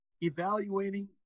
evaluating